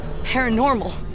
Paranormal